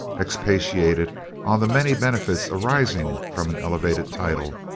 expatiated on the many benefits arising from an elevated title,